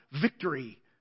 victory